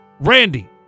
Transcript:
Randy